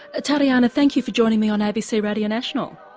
ah tariana, thank you for joining me on abc radio national.